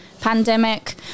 pandemic